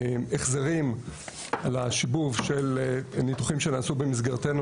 החזרים על השיבוב של ניתוחים שנעשו במסגרתו